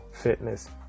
fitness